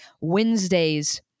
Wednesdays